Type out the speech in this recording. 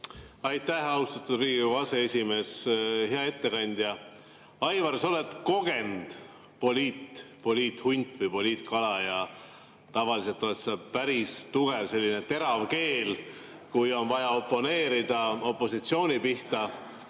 Aitäh, austatud Riigikogu aseesimees! Hea ettekandja! Aivar, sa oled kogenud poliithunt või poliitkala. Tavaliselt oled sa päris tugev, selline terav keel, kui on vaja oponeerida opositsiooni pihta,